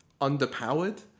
underpowered